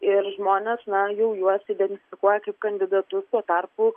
ir žmonės na jau juos identifikuoja kaip kandidatus tuo tarpu